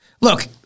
Look